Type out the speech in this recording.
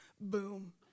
boom